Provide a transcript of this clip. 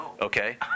Okay